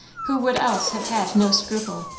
who would else have had no scruple,